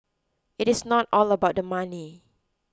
it is not all about the money